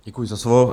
Děkuji za slovo.